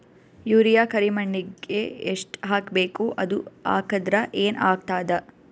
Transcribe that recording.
Urea ಕರಿಮಣ್ಣಿಗೆ ಎಷ್ಟ್ ಹಾಕ್ಬೇಕ್, ಅದು ಹಾಕದ್ರ ಏನ್ ಆಗ್ತಾದ?